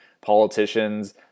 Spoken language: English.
politicians